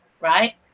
right